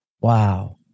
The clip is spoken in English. Wow